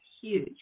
huge